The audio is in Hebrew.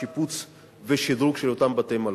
שיפוץ ושדרוג של אותם בתי-מלון.